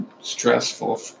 stressful